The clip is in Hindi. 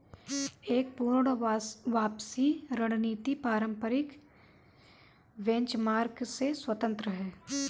एक पूर्ण वापसी रणनीति पारंपरिक बेंचमार्क से स्वतंत्र हैं